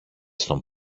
στον